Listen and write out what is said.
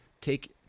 take